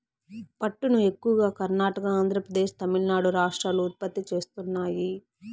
పట్టును ఎక్కువగా కర్ణాటక, ఆంద్రప్రదేశ్, తమిళనాడు రాష్ట్రాలు ఉత్పత్తి చేస్తున్నాయి